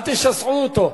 אל, אותו.